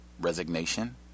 resignation